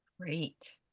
Great